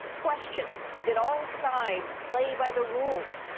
question did all sides play by the rules?